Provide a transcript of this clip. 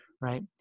right